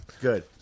Good